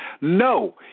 No